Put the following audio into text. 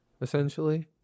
essentially